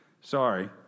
Sorry